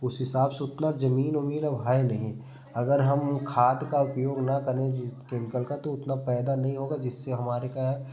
उस हिसाब से उतना जमीन वमीन अब है नहीं अगर हम खाद का उपयोग ना करें जो केमिकल का तो उतना पैदा नहीं होगा जिससे हमारे क्या है